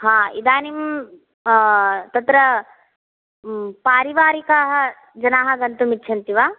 हा इदानीं तत्र पारिवारिकाः जनाः गन्तुम् इच्छन्ति वा